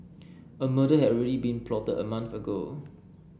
a murder had already been plotted a month ago